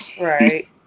Right